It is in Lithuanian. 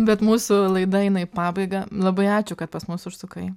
bet mūsų laida eina į pabaigą labai ačiū kad pas mus užsukai